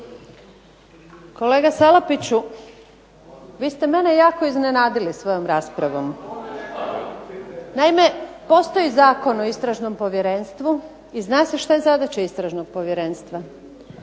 Kolega Salapiću, vi ste mene jako iznenadili svojom raspravom. Naime, postoji Zakon o Istražnom povjerenstvu i zna se šta je zadaća Istražnog povjerenstva.